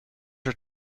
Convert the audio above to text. her